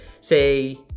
say